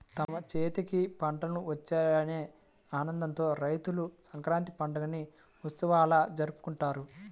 తమ చేతికి పంటలు వచ్చాయనే ఆనందంతో రైతులు సంక్రాంతి పండుగని ఉత్సవంలా జరుపుకుంటారు